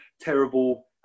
terrible